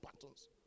buttons